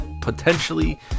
potentially